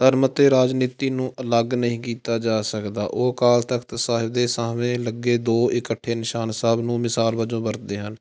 ਧਰਮ ਅਤੇ ਰਾਜਨੀਤੀ ਨੂੰ ਅਲੱਗ ਨਹੀਂ ਕੀਤਾ ਜਾ ਸਕਦਾ ਉਹ ਅਕਾਲ ਤਖਤ ਸਾਹਿਬ ਦੇ ਸਾਹਵੇਂ ਲੱਗੇ ਦੋ ਇਕੱਠੇ ਨਿਸ਼ਾਨ ਸਾਹਿਬ ਨੂੰ ਮਿਸਾਲ ਵਜੋਂ ਵਰਤਦੇ ਹਨ